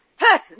person